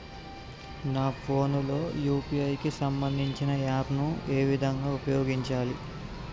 నా ఫోన్ లో యూ.పీ.ఐ కి సంబందించిన యాప్ ను ఏ విధంగా ఉపయోగించాలి?